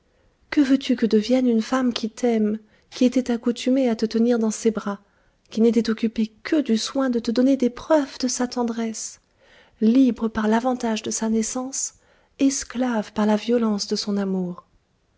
que veux-tu que devienne une femme qui t'aime qui étoit accoutumée à te tenir dans ses bras qui n'étoit occupée que du soin de te donner des preuves de sa tendresse libre par l'avantage de sa naissance esclave par la violence de son amour